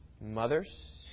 Mothers